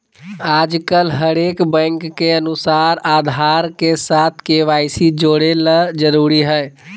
आजकल हरेक बैंक के अनुसार आधार के साथ के.वाई.सी जोड़े ल जरूरी हय